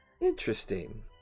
Interesting